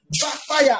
Backfire